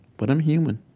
but i'm human.